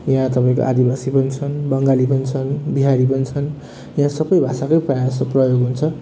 यहाँ तपाईँको आदिवासी पनि छन् बङ्गाली पनि छन् बिहारी पनि छन् यहाँ सबै भाषाकै प्रायःजस्तो प्रयोग हुन्छ